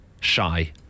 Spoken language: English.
Shy